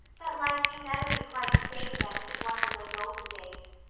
that life can never be quite the same again as it was in those olden days,